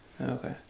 okay